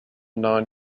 non